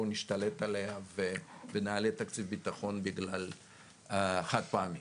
בוא נשתלט עליה ונעלה את תקציב הביטחון באופן חד פעמי